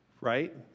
right